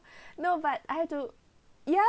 no but I have to ya